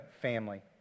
family